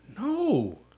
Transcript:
No